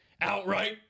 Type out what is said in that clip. outright